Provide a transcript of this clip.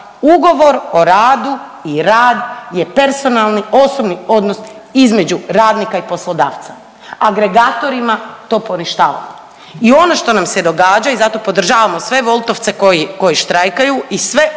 ugovor o radu i rad je personalni osobni odnos između radnika i poslodavca, agregatorima to poništava. I ono što nam se događa i zato podržavamo sve Woltovce koji štrajkaju i sve one